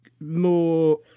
more